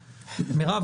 מירב,